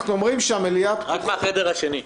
רק מהחדר השני.